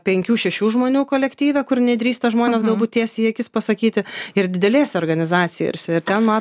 penkių šešių žmonių kolektyve kur nedrįsta žmonės galbūt tiesiai į akis pasakyti ir didelėse organizacijose ir ten matom